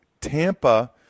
Tampa